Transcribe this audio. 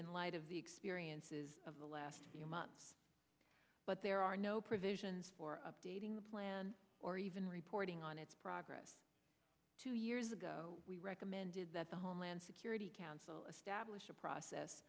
in light of the experiences of the last few months but there are no provisions for updating the plan or even reporting on its progress two years ago we recommended that the homeland security council establish a process